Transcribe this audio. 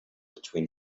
between